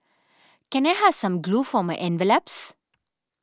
can I have some glue for my envelopes